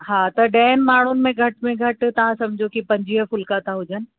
हा त ॾहनि माण्हुनि में घटि में घटि तव्हां समुझो कि पंजवीह फुल्का त हुजनि